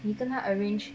你跟他 arrange